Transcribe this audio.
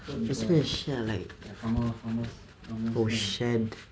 like oh shed